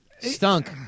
Stunk